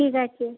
ঠিক আছে